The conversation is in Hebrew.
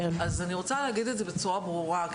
אז אני רוצה להגיד את זה בצורה ברורה,